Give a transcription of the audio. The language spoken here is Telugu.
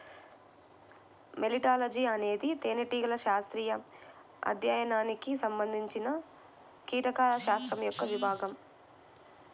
మెలిటాలజీఅనేది తేనెటీగల శాస్త్రీయ అధ్యయనానికి సంబంధించినకీటకాల శాస్త్రం యొక్క విభాగం